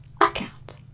account